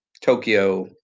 tokyo